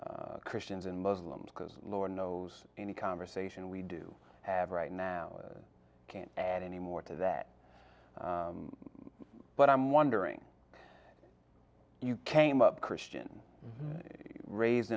christians and muslims because lord knows any conversation we do have right now i can't add any more to that but i'm wondering if you came up christian raised